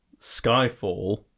Skyfall